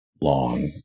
long